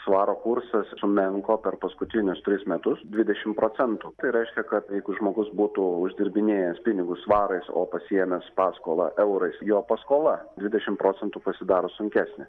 svaro kursas sumenko per paskutinius tris metus dvidešim procentų tai reiškia kad jeigu žmogus būtų uždirbinėjęs pinigus svarais o pasiėmęs paskolą eurais jo paskola dvidešim procentų pasidaro sunkesnė